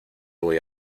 voy